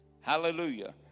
Hallelujah